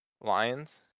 Lions